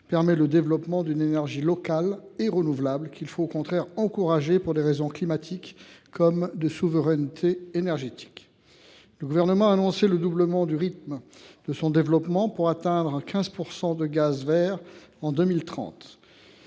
permet le développement d’une énergie locale et renouvelable qu’il faut au contraire encourager pour des raisons aussi bien climatiques que de souveraineté énergétique. Le Gouvernement prévoit le doublement du rythme de son développement, pour atteindre 15 % de gaz verts en 2030.